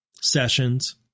sessions